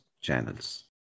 channels